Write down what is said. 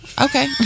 Okay